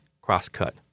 cross-cut